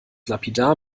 lapidar